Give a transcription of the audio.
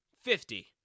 fifty